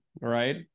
right